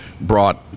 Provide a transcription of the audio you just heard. brought